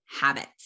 habits